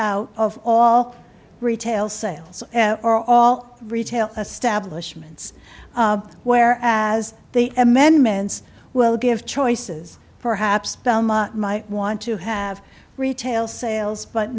out of all retail sales or all retail establishments where as the amendments will give choices perhaps might want to have retail sales but